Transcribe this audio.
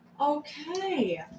Okay